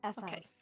Okay